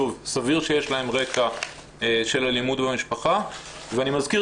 סביר שיש להם רקע של אלימות במשפחה ואני מזכיר